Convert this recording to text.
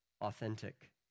authentic